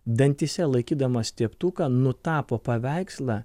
dantyse laikydamas teptuką nutapo paveikslą